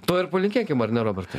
to ir palinkėkim ar ne robertai